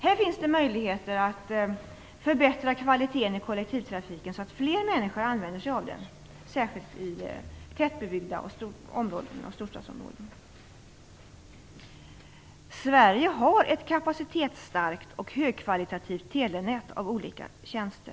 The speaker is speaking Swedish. Här finns det möjligheter att förbättra kvaliteten, så att fler människor använder sig av kollektivtrafiken, särskilt i tätbebyggda områden och i storstadsområden. Sverige har ett kapacitetsstarkt och högkvalitativt telenät med olika tjänster.